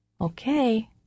okay